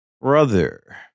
brother